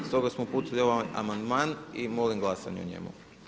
Stoga smo uputili ovaj amandman i molim glasanje o njemu.